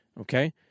Okay